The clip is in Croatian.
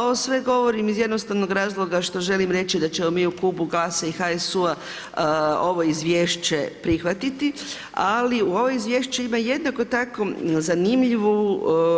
Ovo sve govorim iz jednostavnog razloga što želim reći da ćemo mi u klubu GLAS-a i HSU-a ovo izvješće prihvatiti ali ovo izvješće ima jednako tako